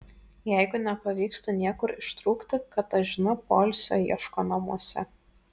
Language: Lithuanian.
jeigu nepavyksta niekur ištrūkti katažina poilsio ieško namuose